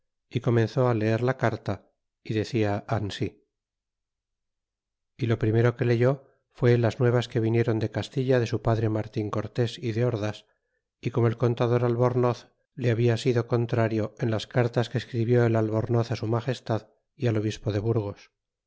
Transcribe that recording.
y comenzó á leer la carta y decia ansi e lo primero que leyó fue las nuevas que vinieron de castilla de su padre martin cortés y de ordas y como el contador albornoz le habia sido contrario en las cartas que escribió el albornoz su magestad y al obispo de burgos